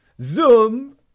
Zoom